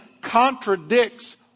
contradicts